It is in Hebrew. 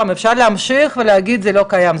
אפשר להמשיך ולהגיד שזה לא קיים,